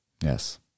Yes